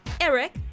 Eric